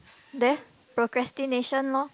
there procrastination lor